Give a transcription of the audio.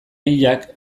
hilak